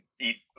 eat